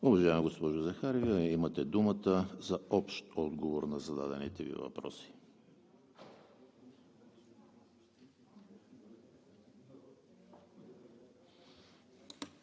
Уважаема госпожо Захариева, имате думата за общ отговор на зададените Ви въпроси.